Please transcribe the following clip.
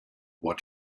what